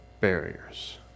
barriers